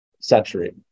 century